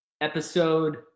episode